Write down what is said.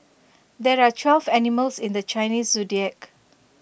there are twelve animals in the Chinese Zodiac